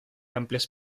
amplias